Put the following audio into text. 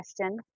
question